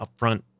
upfront